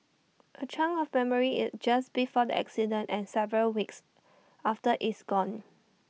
A chunk of memory IT just before the accident and several weeks after is gone